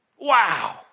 Wow